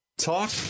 talk